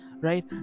right